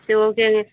சரி ஓகேங்க